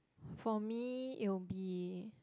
for me it will be